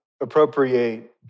appropriate